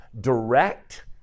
direct